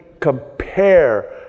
compare